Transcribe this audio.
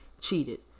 cheated